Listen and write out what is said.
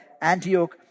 Antioch